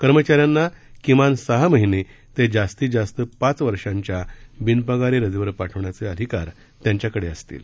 कर्मचाऱ्यांना किमान सहा महिने ते जास्तीत जास्त पाच वर्षाच्या बिनपगारी रजेवर पाठवण्याचे अधिकार त्यांच्याकडे असतील